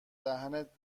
دهنت